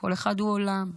כל אחד הוא עולם.